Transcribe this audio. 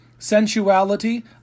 ...sensuality